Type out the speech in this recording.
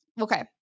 okay